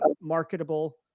marketable